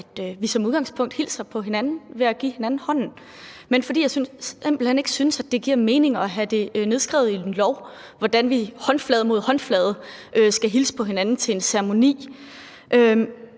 at vi som udgangspunkt hilser på hinanden ved at give hinanden hånden, men fordi jeg simpelt hen ikke synes, at det giver mening at have det nedskrevet i en lov, hvordan vi håndflade mod håndflade skal hilse på hinanden til en ceremoni.